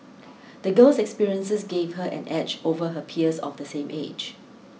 the girl's experiences gave her an edge over her peers of the same age